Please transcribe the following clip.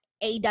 AW